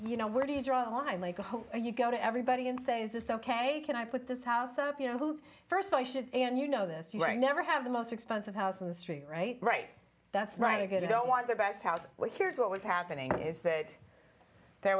you know where do you draw a line like i hope you go to everybody and say is this ok can i put this house up you know who first i should and you know this year i never have the most expensive house in the street right right that's right i get it i don't want the best house well here's what was happening is that there